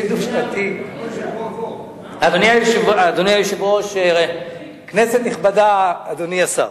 אדוני היושב-ראש, כנסת נכבדה, אדוני השר,